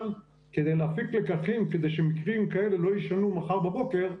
אבל כדי להפיק לקחים כדי שמקרים כאלה לא יישנו מחר בבוקר,